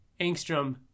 Angstrom